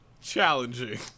Challenging